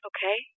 Okay